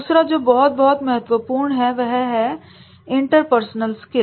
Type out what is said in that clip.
दूसरा जो बहुत बहुत महत्वपूर्ण है वह है इंटरपर्सनल स्किल